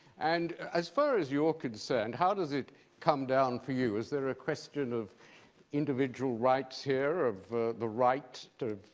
and as far as you're concerned, how does it come down for you? is there a question of individual rights here, of the right to